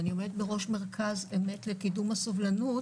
אני עומדת בראש מרכז "אמת" לקידום הסובלנות,